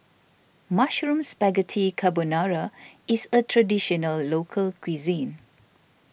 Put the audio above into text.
Mushroom Spaghetti Carbonara is a Traditional Local Cuisine